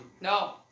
No